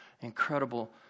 incredible